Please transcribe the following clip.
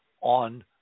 on